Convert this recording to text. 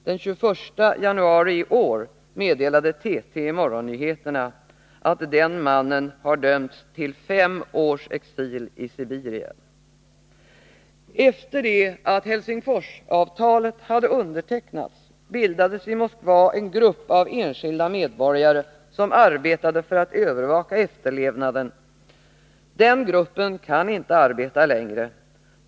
Den 21 januari i år meddelade TT i morgonnyheterna att den mannen hade dömts till fem års exil i Sibirien. Efter det att Helsingforsavtalet hade undertecknats, bildades i Moskva en grupp av enskilda medborgare, som arbetade för att övervaka efterlevnaden av avtalet. Den gruppen kan inte arbeta längre.